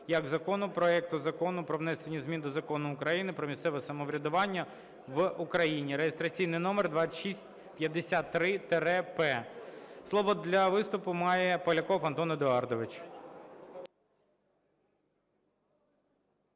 як закону проекту Закону про внесення змін до Закону України "Про місцеве самоврядування в Україні" (реєстраційний номер 2653-П). Слово для виступу має Поляков Антон Едуардович.